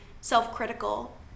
self-critical